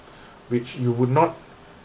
which you would not